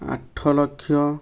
ଆଠ ଲକ୍ଷ